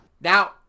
now